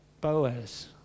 Boaz